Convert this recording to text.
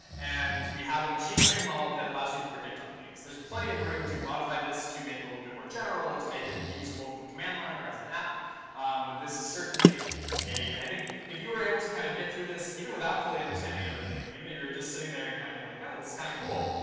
and we have a machine learning model that allows you to predict on things. there's plenty of room to modify this to make it a little bit more general, to make it usable from the command line or as an app. but this is certainly a i think if you were able to kind of get through this even without fully understanding everything, even if you were just sitting there and kind of being like, oh, this is kind of cool,